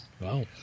Wow